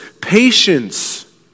patience